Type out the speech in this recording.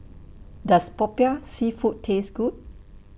Does Popiah Seafood Taste Good